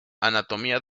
anatomía